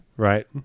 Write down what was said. Right